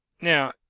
Now